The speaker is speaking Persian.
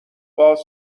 باز